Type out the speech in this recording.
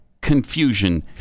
confusion